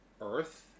earth